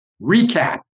recap